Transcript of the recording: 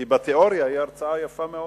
כי בתיאוריה היא הרצאה יפה מאוד.